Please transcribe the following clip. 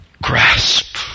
grasp